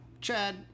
Chad